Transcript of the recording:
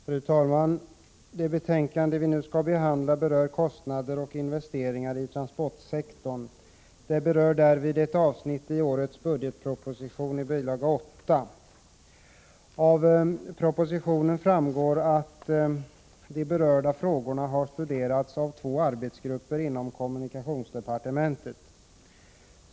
Fru talman! Det betänkande vi nu skall behandla avser kostnader och investeringar i transportsektorn. Det berör därvid ett avsnitt i årets budgetproposition, bil. 8. Av propositionen framgår att de berörda frågorna har studerats av två arbetsgrupper inom kommunikationsdepartementet.